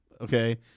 Okay